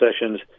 sessions